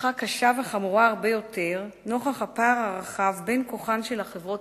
הפכה קשה וחמורה הרבה יותר נוכח הפער הרחב בין כוחן של החברות